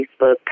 Facebook